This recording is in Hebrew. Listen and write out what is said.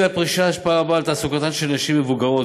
לגיל הפרישה השפעה רבה על תעסוקתן של נשים מבוגרות,